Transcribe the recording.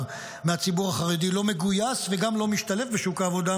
מהציבור החרדי לא מגויס וגם לא משתלב בשוק העבודה,